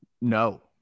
no